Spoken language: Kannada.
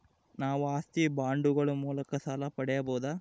ನಾವು ಆಸ್ತಿ ಬಾಂಡುಗಳ ಮೂಲಕ ಸಾಲ ಪಡೆಯಬಹುದಾ?